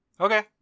Okay